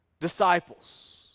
disciples